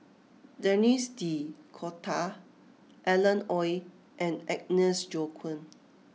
Denis D'Cotta Alan Oei and Agnes Joaquim